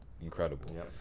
incredible